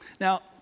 Now